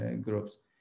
groups